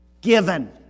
given